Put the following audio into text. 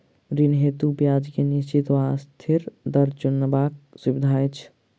ऋण हेतु ब्याज केँ निश्चित वा अस्थिर दर चुनबाक सुविधा अछि